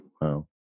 wow